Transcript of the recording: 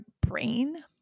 brain